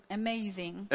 amazing